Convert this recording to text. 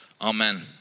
Amen